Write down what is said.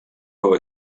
our